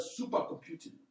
supercomputing